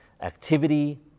activity